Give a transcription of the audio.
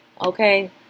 okay